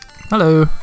hello